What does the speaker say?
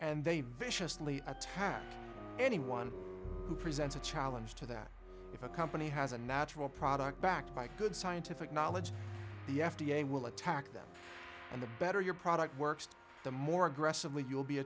and they vet attack anyone who presents a challenge to that if a company has a natural product backed by good scientific knowledge the f d a will attack them and the better your product works the more aggressively you'll be